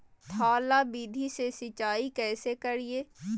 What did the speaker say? थाला विधि से सिंचाई कैसे करीये?